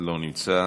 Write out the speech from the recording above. לא נמצא.